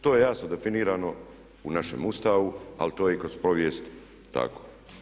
To je jasno definirano u našem Ustavu, ali to je i kroz povijest tako.